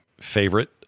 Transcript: favorite